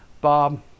Bob